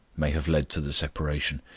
may have led to the separation.